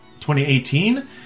2018